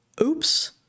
oops